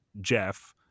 Jeff—